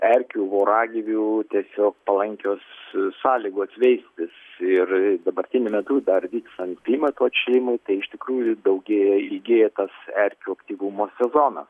erkių voragyvių tiesiog palankios sąlygos veistis ir dabartiniu metu dar vykstant klimato atšilimui tai iš tikrųjų daugėja ilgėja tas erkių aktyvumo sezonas